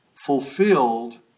fulfilled